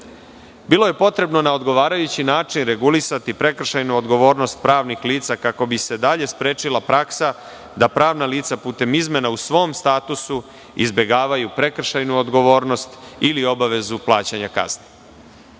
lica. Bilo je potrebno na odgovarajući način regulisati prekršajnu odgovornost pravnih lica kako bi se dalje sprečila praksa da pravna lica, putem izmena u svom statusu, izbegavaju prekršajnu odgovornost ili obavezu plaćanja kazne.